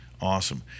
awesome